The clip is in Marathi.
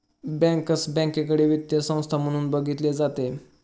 बँकर्स बँकेकडे वित्तीय संस्था म्हणून बघितले जाते